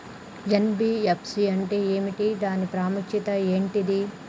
NBFC అంటే ఏమిటి దాని ప్రాముఖ్యత ఏంటిది?